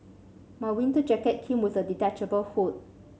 my winter jacket came with a detachable hood